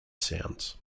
sounds